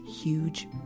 huge